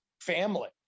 family